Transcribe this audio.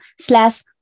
slash